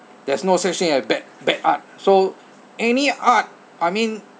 there's no such thing as bad bad art so any art I mean